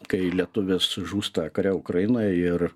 kai lietuvis žūsta kare ukrainoj ir